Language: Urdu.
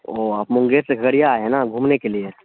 اوہ آپ منگییر سے کھگریا آئے ہیں نا گھومنے کے لیے